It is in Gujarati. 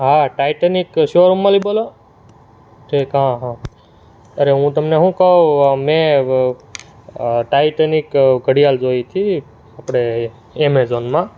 હા ટાઈટેનિક શોરૂમમાંથી બોલો ઠીક હં હં અરે હું તમને શું કહું મેં ટાઈટેનિક ઘડિયાળ જોઈ હતી આપણે એમેઝોનમાં